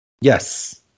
Yes